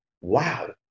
Wow